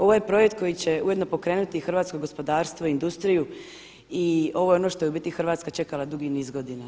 Ovo je projekt koji će ujedno pokrenuti hrvatsko gospodarstvo i industriju i ovo je ono što je u biti Hrvatska čekala dugi niz godina.